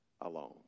alone